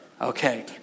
Okay